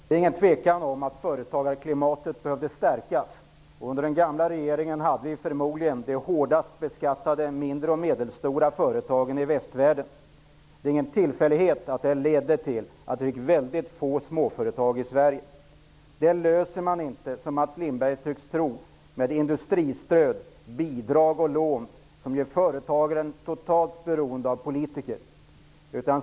Fru talman! Det är ingen tvekan om att företagarklimatet behövde stärkas. Under den gamla regeringen hade vi förmodligen de hårdast beskattade mindre och medelstora företagen i västvärlden. Det är ingen tillfällighet att det ledde till att vi fick väldigt få småföretag i Sverige. Det problemet löser man inte, som Mats Lindberg tycks tro, med industristöd, bidrag och lån, som gör företagaren totalt beroende av politiker.